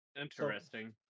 Interesting